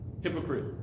hypocrite